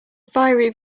fiery